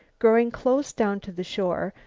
growing close down to the shore,